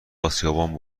اسیابان